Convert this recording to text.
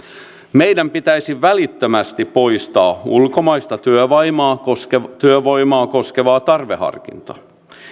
meidän pitäisi välittömästi poistaa ulkomaista työvoimaa koskeva työvoimaa koskeva tarveharkinta